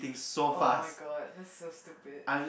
[oh]-my-god that's so stupid